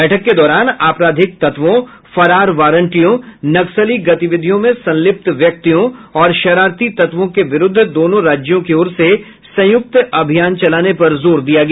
बैठक के दौरान आपराधिक तत्वों फरार वारंटियों नक्सली गतिविधियों में संलिप्त व्यक्तियों और शरारती तत्वों के विरुद्ध दोनों राज्यों की ओर से संयुक्त अभियान चलाने पर जोर दिया गया